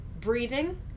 breathing